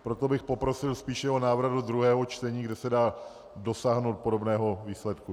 Proto bych poprosil spíše o návrat do druhého čtení, kde se dá dosáhnout podobného výsledku.